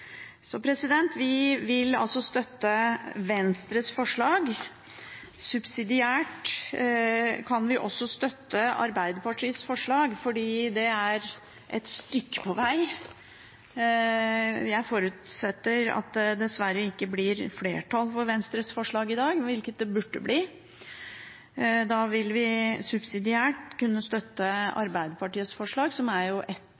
Vi vil altså støtte Venstres forslag. Subsidiært kan vi støtte Arbeiderpartiets forslag, fordi det er et stykke på veg. Jeg forutsetter at det, dessverre, ikke blir flertall for Venstres forslag i dag, hvilket det burde bli. Da vil vi subsidiært kunne støtte Arbeiderpartiets forslag, som er ett